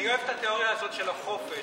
אני אוהב את התיאוריה הזאת של החופש.